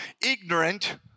ignorant